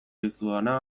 dizudana